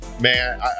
Man